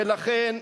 ולכן,